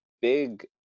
big